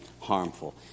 harmful